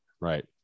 right